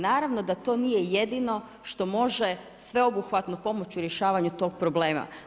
Naravno da to nije jedino što može sveobuhvatnu pomoć u rješavanju tog problema.